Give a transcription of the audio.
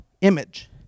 image